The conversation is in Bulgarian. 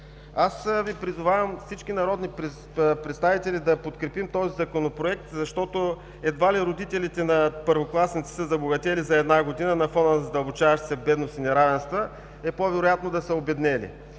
Призовавам всички народни представители да подкрепим този Законопроект, защото едва ли родителите на първокласниците са забогатели за една година. На фона на задълбочаващата се бедност и неравенства по-вероятно е да са обеднели.